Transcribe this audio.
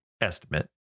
estimate